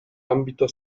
ambito